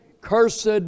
cursed